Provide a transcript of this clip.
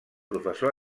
professor